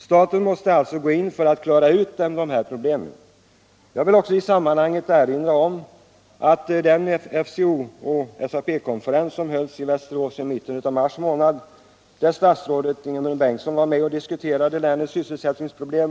Staten måste alltså gå in för att klara ut dessa problem. Jag vill också i sammanhanget erinra om den FCO och SAP-konferens som hölls i Västerås i mitten av mars månad, där statsrådet Ingemund Bengtsson var med och diskuterade länets sysselsättningsproblem.